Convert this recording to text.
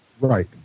Right